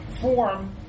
form